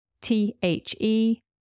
T-H-E